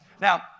Now